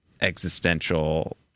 existential